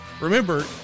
Remember